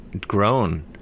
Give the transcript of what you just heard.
grown